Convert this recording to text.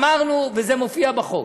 אמרנו, וזה מופיע בחוק,